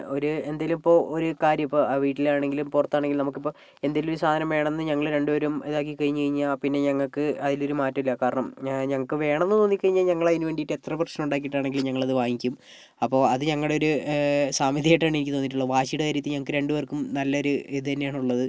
ഒര് എന്തെങ്കിലുമിപ്പോൾ ഒരു കാര്യമിപ്പോൾ ആ വീട്ടിലാണെങ്കിലും പുറത്താണെങ്കിലും നമുക്കിപ്പോൾ എന്തെങ്കിലും ഒരു സാധനം വേണമെന്ന് ഞങ്ങൾ രണ്ട് പേരും ഇതാക്കി കഴിഞ്ഞ് കഴിഞ്ഞാൽ പിന്നെ ഞങ്ങൾക്ക് അതിലൊരു മറ്റവും ഇല്ല കാരണം ഞ ഞങ്ങൾക്ക് വേണമെന്ന് തോന്നിക്കഴിഞ്ഞാൽ ഞങ്ങൾ അതിന് വേണ്ടിയിട്ട് എത്ര പ്രശ്നം ഉണ്ടാക്കിയിട്ടാണെങ്കിലും ഞങ്ങളത് വാങ്ങിക്കും അപ്പോൾ അത് ഞങ്ങളുടെ ഒരു സാമ്യതയായിട്ടാണ് എനിക്ക് തോന്നിയിട്ടുള്ളത് വാശിയുടെ കാര്യത്തിൽ ഞങ്ങൾക്ക് രണ്ട് പേർക്കും നല്ലൊരു ഇതു തന്നെയാണുള്ളത്